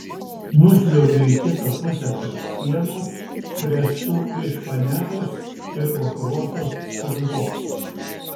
nusliuogiu į kitą pusę tarp sienų suręstų iš faneros ir gofruotos skardos